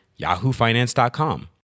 yahoofinance.com